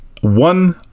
one